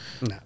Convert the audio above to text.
No